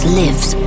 lives